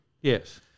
yes